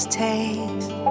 taste